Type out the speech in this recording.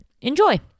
Enjoy